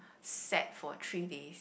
set for three days